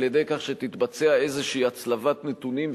על-ידי כך שתתבצע איזו הצלבת נתונים,